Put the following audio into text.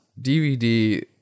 DVD